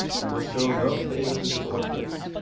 and will show no favour to short-cuts,